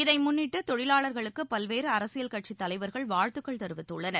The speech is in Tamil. இதைமுன்னிட்டுதொழிலாளர்களுக்குபல்வேறுஅரசியல் கட்சித் தலைவர்கள் வாழ்த்துக்கள் தெரிவித்துள்ளனர்